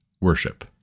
worship